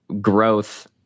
growth